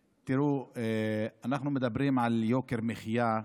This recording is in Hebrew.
תראו, אנחנו מדברים על יוקר מחיה,